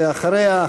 ואחריה,